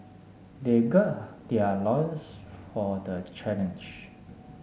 they gird their loins for the challenge